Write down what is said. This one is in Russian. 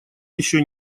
еще